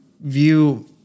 view